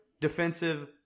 defensive